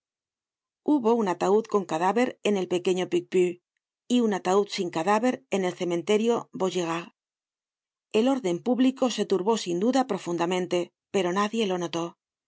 hubo un ataud con cadáver en el pequeño picpus y un ataud sin cadáver en el cementerio vaugirard el órden publicose turbó sin duda profundamente pero nadie lo notó